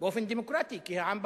באופן דמוקרטי, כי העם בחר.